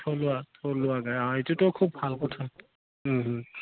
থলুৱা থলুৱা গাই এইটোতো খুব ভাল কথা